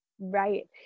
Right